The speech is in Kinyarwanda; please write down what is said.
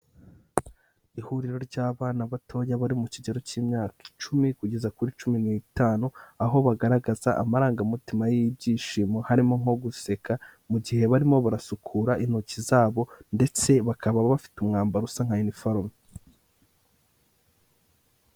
Ihuriro ry'abana batoya bari mu kigero cy'imyaka icumi kugeza kuri cumi n'itanu, aho bagaragaza amarangamutima y'ibyishimo harimo nko guseka mu gihe barimo barasukura intoki zabo ndetse bakaba bafite umwambaro usa nka yuniforume.